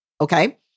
Okay